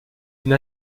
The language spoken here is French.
une